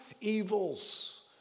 evils